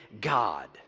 God